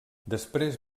després